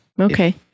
Okay